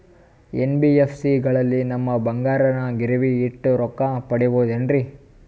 NBFC ಗಳಲ್ಲಿ ನಮ್ಮ ಬಂಗಾರನ ಗಿರಿವಿ ಇಟ್ಟು ರೊಕ್ಕ ಪಡೆಯಬಹುದೇನ್ರಿ?